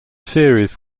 series